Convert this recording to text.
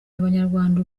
abanyarwanda